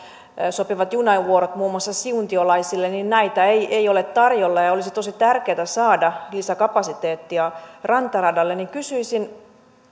sopivia junavuoroja muun muassa siuntiolaisille ei ei ole tarjolla ja ja olisi tosi tärkeätä saada lisäkapasiteettia rantaradalle kysyisin